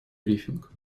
брифинг